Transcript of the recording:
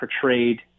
portrayed